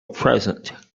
present